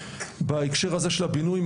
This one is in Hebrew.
בהקשר הזה של הבינוי,